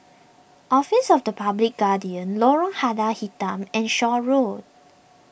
Office of the Public Guardian Lorong Lada Hitam and Shaw Road